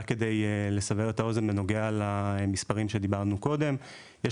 רק כדי לסבר את האוזן בנוגע למספרים שדיברנו עליהם קודם - יש